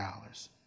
dollars